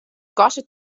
kostet